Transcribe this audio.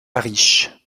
riche